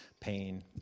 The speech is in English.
pain